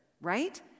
right